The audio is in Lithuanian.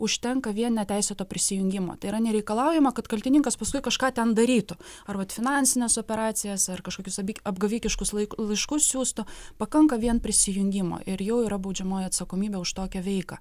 užtenka vien neteisėto prisijungimo tai yra nereikalaujama kad kaltininkas paskui kažką ten darytų ar vat finansines operacijas ar kažkokius apgavikiškus laik laiškus siųstų pakanka vien prisijungimo ir jau yra baudžiamoji atsakomybė už tokią veiką